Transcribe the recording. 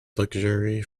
luxury